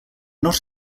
not